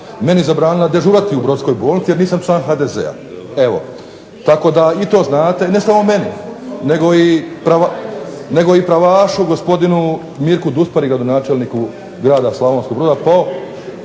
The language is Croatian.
meni zabranila dežurati u Brodskoj bolnici jer nisam član HDZ-a. evo tako da i to znate. Ne samo meni nego i pravašu gospodinu Mirku Duspari gradonačelniku grada Slavonskog Broda po